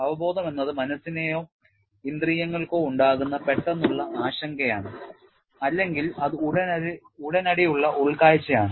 അവബോധം എന്നത് മനസ്സിനെയോ ഇന്ദ്രിയങ്ങൾക്കോ ഉണ്ടാകുന്ന പെട്ടെന്നുള്ള ആശങ്കയാണ് അല്ലെങ്കിൽ അത് ഉടനടി ഉള്ള ഉൾക്കാഴ്ചയാണ്